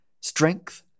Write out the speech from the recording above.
Strength